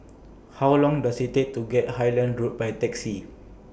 How Long Does IT Take to get Highland Road By Taxi